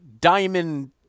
diamond